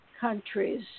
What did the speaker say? countries